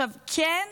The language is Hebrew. כן,